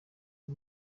ari